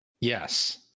Yes